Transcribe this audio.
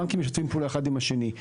בנקים משתפים פעולה אחד עם השני.